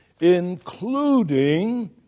including